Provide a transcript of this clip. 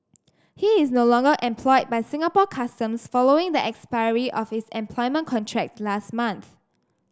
he is no longer employed by Singapore Customs following the expiry of his employment contract last month